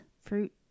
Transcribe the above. fruit